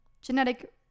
genetic